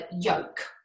yoke